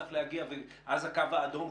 שצריך להגיע אז הקו האדום,